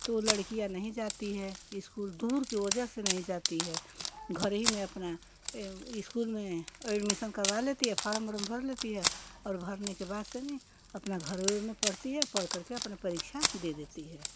तो वो लड़कियाँ नहीं जाती हैं इस्कूल दूर की वजह से नहीं जाती है घर ही में अपना इस्कूल में एडमिशन करवा लेती हैं फार्म उरम भर लेती हैं और भरने के बाद से में अपना घर में पढ़ती हैं पढ़ कर के अपना परीक्षा दे देती है